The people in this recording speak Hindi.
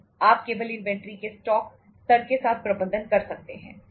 आप केवल इन्वेंट्री के स्टॉक स्तर के साथ प्रबंधन कर सकते हैं